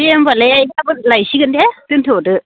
दे होमबालाय आइ गाबोन लायसिगोन दे दोन्थदो